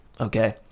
okay